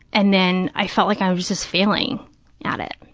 and then i felt like i was just failing at it.